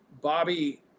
bobby